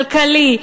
כלכלי,